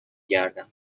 گردم